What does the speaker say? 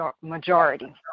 majority